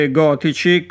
gotici